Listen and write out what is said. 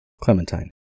Clementine